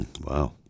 Wow